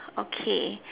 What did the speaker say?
okay